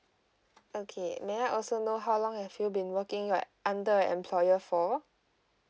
okay may I also know how long have you been working under your employer for